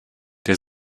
der